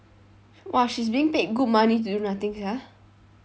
!wah! she's being paid good money to do nothing sia